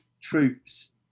troops